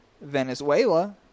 Venezuela